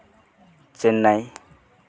Chennai